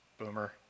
boomer